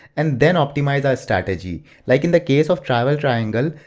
and then optimize a strategy. like in the case of travel triangle,